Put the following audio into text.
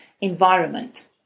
environment